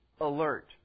alert